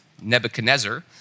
Nebuchadnezzar